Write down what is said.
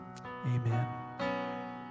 Amen